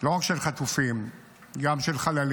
לא רק של חטופים, גם של חללים,